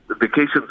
Vacations